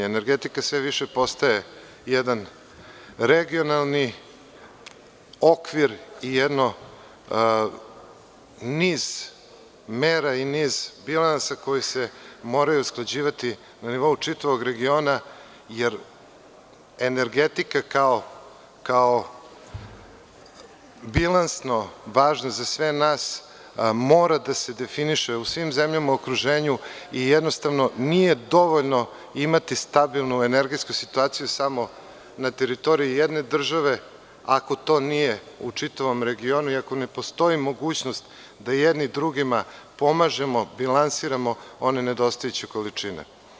Energetika sve više postaje jedan regionalni okvir i jedno niz mera i niz bilansa koji se moraju usklađivati na nivou čitavog regiona, jer energetika kao bilansno važna za sve nas mora da se definiše u svim zemljama u okruženju i jednostavno nije dovoljno imati stabilnu energetsku situaciju samo na teritoriji jedne države ako to nije u čitavom regionu i ako ne postoji mogućnost da jedni drugima pomažemo i lansiramo one nedostajuće količine.